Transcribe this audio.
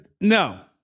no